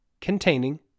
containing